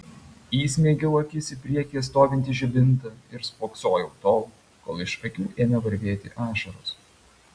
įsmeigiau akis į priekyje stovintį žibintą ir spoksojau tol kol iš akių ėmė varvėti ašaros